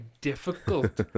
difficult